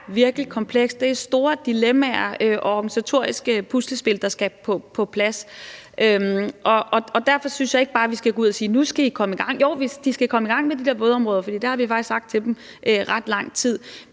virkelig komplekst; det er store dilemmaer og organisatoriske puslespil, der skal på plads. Og derfor synes jeg ikke bare, at vi skal gå ud og sige: Nu skal I komme i gang. Jo, de skal komme i gang med de der vådområder, for det har vi faktisk sagt til dem i ret lang tid.